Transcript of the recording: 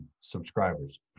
subscribers